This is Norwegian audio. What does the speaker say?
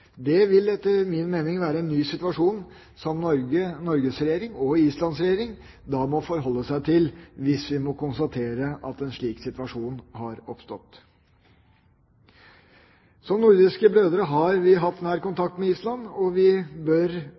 Det vil etter min mening være en ny situasjon som Norges regjering og Islands regjering da må forholde seg til, hvis vi må konstatere at en slik situasjon har oppstått. Som nordiske brødre har vi hatt nær kontakt med Island og